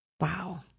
Wow